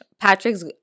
patrick's